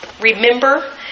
remember